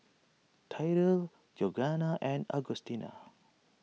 Tyrell Georganna and Augustina